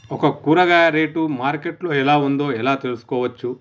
ఒక కూరగాయ rate market లో ఎలా ఉందో ఎలా తెలుసుకోవచ్చు?